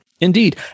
Indeed